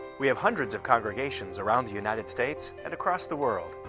we have hundreds of congregations around the united states and across the world.